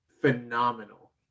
Phenomenal